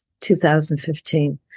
2015